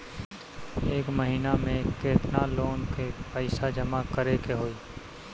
एक महिना मे केतना लोन क पईसा जमा करे क होइ?